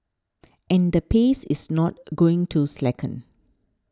and the pace is not going to slacken